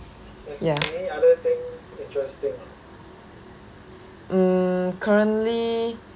um currently